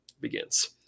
begins